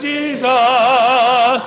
Jesus